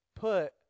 put